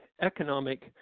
economic